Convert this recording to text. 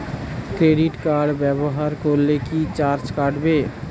Credit card ব্যাবহার করলে কি চার্জ কাটবে?